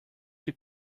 your